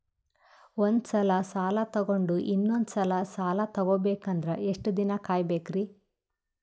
ಒಂದ್ಸಲ ಸಾಲ ತಗೊಂಡು ಇನ್ನೊಂದ್ ಸಲ ಸಾಲ ತಗೊಬೇಕಂದ್ರೆ ಎಷ್ಟ್ ದಿನ ಕಾಯ್ಬೇಕ್ರಿ?